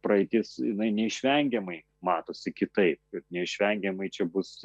praeitis jinai neišvengiamai matosi kitaip ir neišvengiamai čia bus